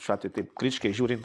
šiuo atveju taip kritiškai žiūrint